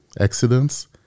accidents